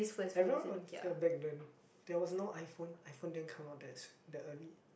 everyone w~ ya back then there was no iPhone iPhone didn't come out that s~ that early